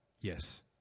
Yes